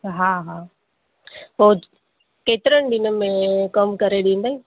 हा हा पो केतिरनि ॾींहंनि में कमु करे ॾिंदई